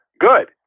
good